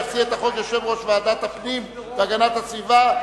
יציג את החוק יושב-ראש ועדת הפנים והגנת הסביבה,